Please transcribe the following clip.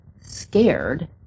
scared